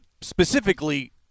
specifically